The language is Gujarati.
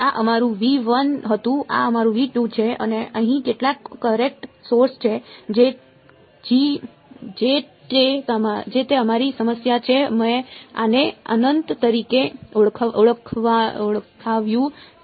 આ અમારું હતું આ અમારું છે અને અહીં કેટલાક કરેંટ સોર્સ છે J તે અમારી સમસ્યા છે મેં આને અનંત તરીકે ઓળખાવ્યું છે અને આ સોર્સ બરાબર છે